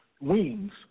wings